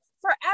forever